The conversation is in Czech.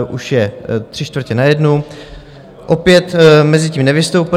Už je tři čtvrtě na jednu, opět mezitím nevystoupil.